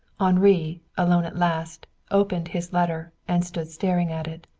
henri, alone at last, opened his letter, and stood staring at it.